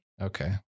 okay